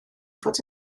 fod